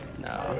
No